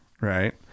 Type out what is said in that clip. right